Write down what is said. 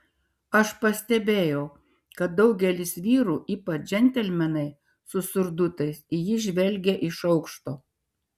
aš pastebėjau kad daugelis vyrų ypač džentelmenai su surdutais į jį žvelgė iš aukšto